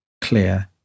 clear